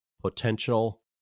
potential